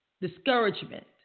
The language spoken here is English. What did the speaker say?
discouragement